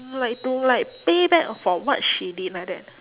to like to like pay back for what she did like that